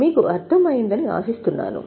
మీకు అర్థం అయిందని ఆశిస్తున్నాను